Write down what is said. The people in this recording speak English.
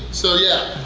so yeah!